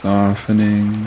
Softening